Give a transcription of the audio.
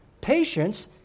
patience